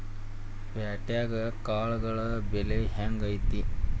ಪ್ಯಾಟ್ಯಾಗ್ ಕಾಳುಗಳ ಬೆಲೆ ಹೆಂಗ್ ಐತಿ?